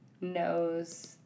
knows